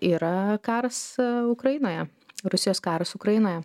yra karas ukrainoje rusijos karas ukrainoje